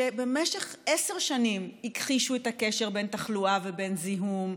שבמשך עשר שנים הכחישו את הקשר בין תחלואה ובין זיהום,